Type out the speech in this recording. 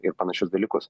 ir panašius dalykus